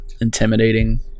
intimidating